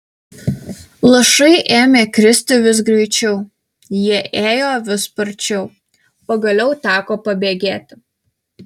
lašai ėmė kristi vis greičiau jie ėjo vis sparčiau pagaliau teko pabėgėti